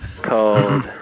Called